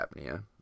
apnea